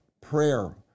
Prayer